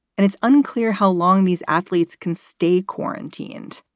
and it's unclear how long these athletes can stay quarantined.